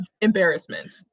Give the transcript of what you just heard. embarrassment